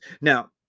Now